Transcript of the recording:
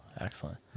Excellent